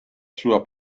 sua